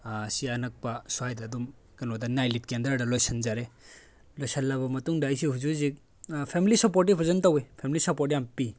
ꯁꯤ ꯑꯅꯛꯄ ꯁ꯭ꯋꯥꯏꯗ ꯑꯗꯨꯝ ꯀꯩꯅꯣꯗ ꯅꯥꯏꯂꯤꯠꯀꯤ ꯎꯟꯗꯔꯗ ꯂꯣꯏꯁꯤꯟꯖꯔꯦ ꯂꯣꯏꯁꯤꯜꯂꯕ ꯃꯇꯨꯡꯗ ꯑꯩꯁꯦ ꯍꯧꯖꯤꯛ ꯍꯧꯖꯤꯛ ꯐꯦꯃꯤꯂꯤ ꯁꯞꯄꯣꯔꯠꯇꯤ ꯐꯖꯅ ꯇꯧꯋꯤ ꯐꯦꯃꯤꯂꯤ ꯁꯞꯄꯣꯔꯠ ꯌꯥꯝ ꯄꯤ